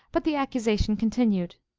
but the accusation continued.